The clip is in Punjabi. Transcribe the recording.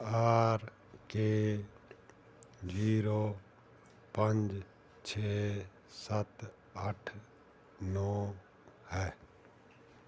ਆਰ ਕੇ ਜੀਰੋ ਪੰਜ ਛੇ ਸੱਤ ਅੱਠ ਨੌ ਹੈ